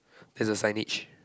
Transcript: there's a signage